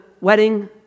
wedding